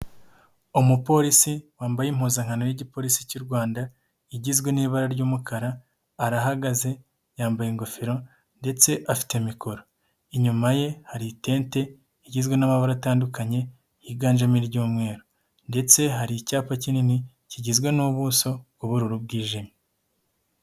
Umupolisi wambaye impuzankano y'igipolisi cy'u rwanda igizwe n'ibara ry'umukara, arahagaze yambaye ingofero ndetse afite mikoro. Inyuma ye hari itente igizwe n'amabara atandukanye yiganjemo iy'umweru ndetse hari icyapa kinini kigizwe n'ubuso bw'ubururu bwijimye.